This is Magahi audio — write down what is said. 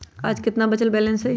आज केतना बचल बैलेंस हई?